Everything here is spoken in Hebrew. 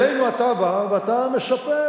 גם אני לא שמעתי שום גינוי בוטה שלך.